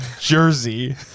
jersey